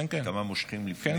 כמה מושכים לפני?